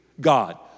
god